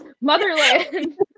motherland